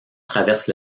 traverse